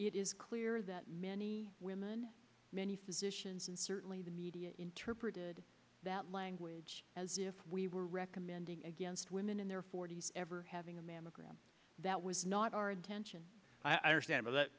is clear that many women many physicians and certainly the media interpreted that language as if we were recommending against women in their forty's ever having a mammogram that was not our intention i understand